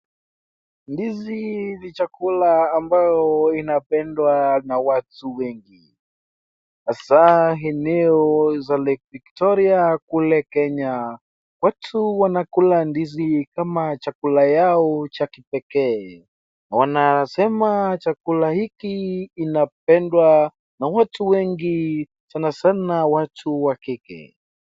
Ndizi ni chakula ambayo inapendwa na watu wengi, hasa hinyu za Lake Victoria kule Kenya. Watu wanakula ndizi kama chakula yao cha kipekee na wanasema chakula hiki inapendwa na watu wengi, sana sana watu wa kike.